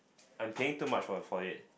I'm paying too much for for it